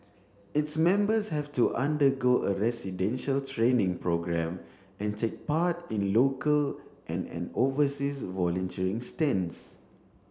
its members have to undergo a residential training programme and take part in local and an overseas volunteering stints